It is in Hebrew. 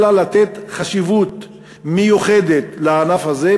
יש לתת חשיבות מיוחדת לענף הזה,